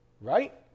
right